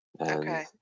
Okay